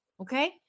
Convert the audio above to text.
Okay